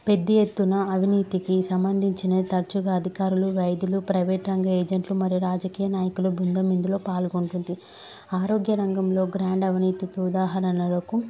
పెద్ద ఎత్తున అవినీతికి సంబంధించిన తరచుగా అధికారులు వైదులు ప్రైవేట్ రంగ ఏజెంట్లు మరియు రాజకీయ నాయకులు బృందమిందులో పాల్గొంటుంది ఆరోగ్య రంగంలో గ్రాండ్ అవినీతికి ఉదాహరణలకు